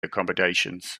accommodations